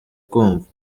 kumva